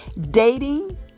Dating